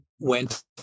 went